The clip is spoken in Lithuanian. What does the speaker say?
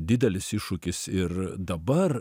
didelis iššūkis ir dabar